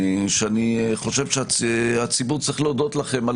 שאני חושב שהציבור צריך להודות לכם על